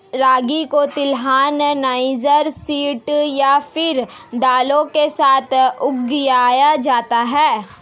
रागी को तिलहन, niger seed या फिर दालों के साथ उगाया जाता है